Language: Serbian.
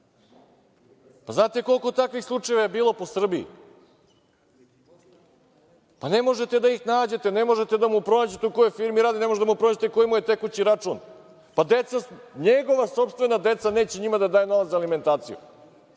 Pa znate koliko takvih slučajeva je bilo po Srbiji? Pa ne možete da ih nađete, ne možete da ga pronađete u kojoj firmi radi, ne možete da mu pronađete koji mu je tekući račun. Pa njegovoj sopstvenoj deci neće da daje za alimentaciju.